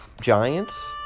Giants